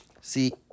See